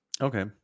Okay